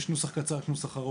יש נוסח קצר, יש נוסח ארוך.